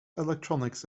electronics